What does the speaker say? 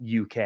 UK –